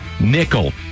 nickel